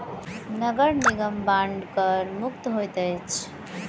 नगर निगम बांड कर मुक्त होइत अछि